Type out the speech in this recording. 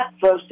first